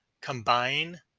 Combine